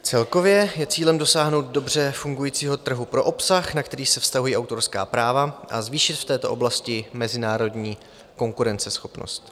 Celkově je cílem dosáhnout dobře fungujícího trhu pro obsah, na který se vztahují autorská práva, a zvýšit v této oblasti mezinárodní konkurenceschopnost.